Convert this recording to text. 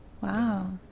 Wow